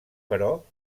però